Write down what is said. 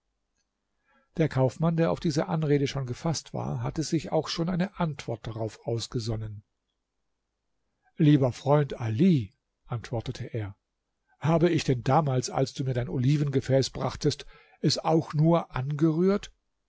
der kaufmann der auf diese anrede schon gefaßt war hatte sich auch schon eine antwort darauf ausgesonnen lieber freund ali antwortete er habe ich denn damals als du mir dein olivengefäß brachtest es auch nur angerührt